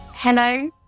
Hello